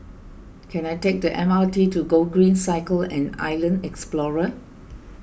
can I take the M R T to Gogreen Cycle and Island Explorer